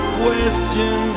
question